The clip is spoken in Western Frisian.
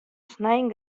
snein